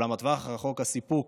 אולם בטווח הארוך הסיפוק,